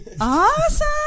Awesome